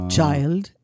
Child